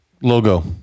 logo